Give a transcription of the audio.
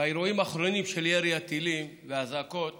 באירועים האחרונים של ירי הטילים והאזעקות